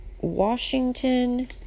Washington